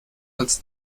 als